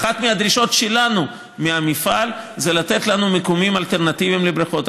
אחת הדרישות שלנו מהמפעל זה לתת לנו מיקומים אלטרנטיביים לבריכות,